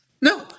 No